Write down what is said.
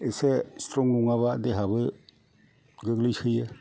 एसे स्थ्रं नङाबा देहायाबो गोग्लैसोयो